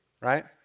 Right